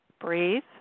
breathe